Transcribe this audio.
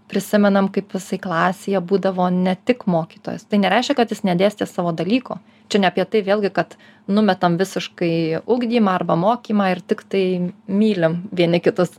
prisimenam kaip jisai klasėje būdavo ne tik mokytojas tai nereiškia kad jis nedėstė savo dalyko čia ne apie tai vėlgi kad numetam visiškai ugdymą arba mokymą ir tiktai mylim vieni kitus